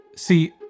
See